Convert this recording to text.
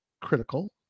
critical